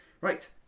Right